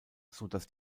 sodass